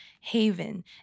Haven